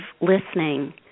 listening